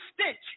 stench